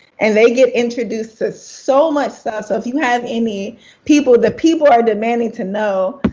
and they get introduced to so much stuff. so if you have any people, the people are demanding to know,